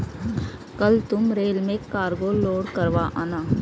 कल तुम रेल में कार्गो लोड करवा आना